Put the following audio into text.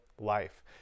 life